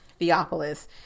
Theopolis